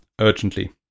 urgently